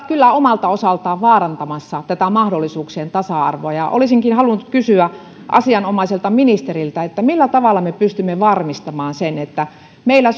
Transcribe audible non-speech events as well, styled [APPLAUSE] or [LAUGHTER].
[UNINTELLIGIBLE] kyllä omalta osaltaan vaarantamassa tätä mahdollisuuksien tasa arvoa olisinkin halunnut kysyä asianomaiselta ministeriltä millä tavalla me pystymme varmistamaan sen että meillä [UNINTELLIGIBLE]